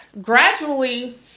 gradually